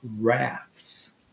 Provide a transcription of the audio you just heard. rafts